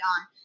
on